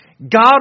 God